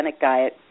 diet